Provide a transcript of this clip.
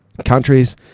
countries